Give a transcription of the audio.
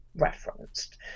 referenced